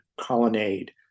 colonnade